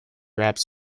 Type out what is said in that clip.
grabbed